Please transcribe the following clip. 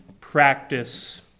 practice